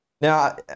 Now